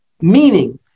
meaning